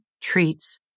treats